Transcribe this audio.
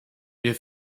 wir